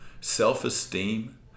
self-esteem